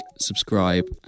subscribe